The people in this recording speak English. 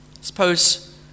Suppose